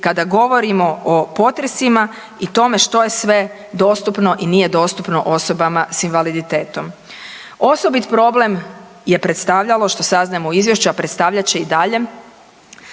kada govorimo o potresima i tome što je sve dostupno i nje dostupno osobama s invaliditetom. Osobit problem je predstavljalo što saznajemo u izvješću, a predstavljat će i dalje